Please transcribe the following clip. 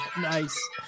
Nice